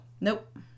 Nope